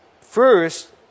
first